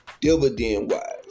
dividend-wise